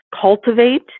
cultivate